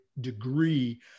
degree